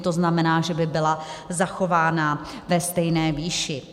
To znamená, že by byla zachována ve stejné výši.